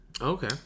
Okay